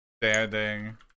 standing